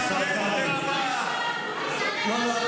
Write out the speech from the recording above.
השר אמסלם, תודה.